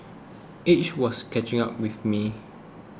age was catching up with me